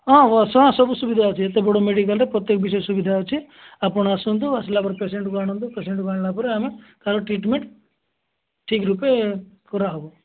ହଁ ହଁ ସବୁ ସୁବିଧା ଅଛି ଏତେବଡ଼ ମେଡ଼ିକାଲ୍ରେ ପ୍ରତ୍ୟେକ ବିଷୟ ସୁବିଧା ଅଛି ଆପଣ ଆସନ୍ତୁ ଆସିଲା ପରେ ପେସେଣ୍ଟ୍କୁ ଆଣନ୍ତୁ ପେସେଣ୍ଟ୍କୁ ଆଣିଲା ପରେ ଆମେ ତାର ଟ୍ରିଟମେଣ୍ଟ୍ ଠିକ୍ ରୂପେ କରାହେବ